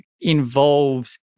involves